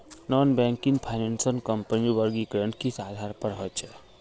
Non banking finance कंपनीर वर्गीकरण किस आधार पर होचे?